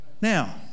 Now